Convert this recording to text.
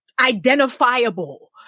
identifiable